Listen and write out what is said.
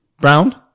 brown